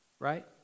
right